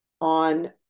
on